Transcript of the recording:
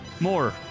more